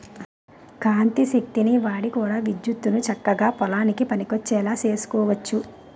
కాంతి శక్తిని వాడి కూడా విద్యుత్తుతో చక్కగా పొలానికి పనికొచ్చేలా సేసుకోవచ్చు